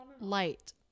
light